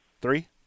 Three